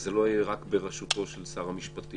שזה לא יהיה רק בראשותו של שר המשפטים.